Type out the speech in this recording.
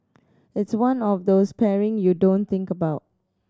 it's one of those pairings you don't think about